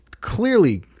clearly